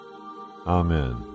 Amen